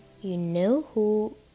you-know-who